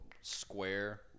square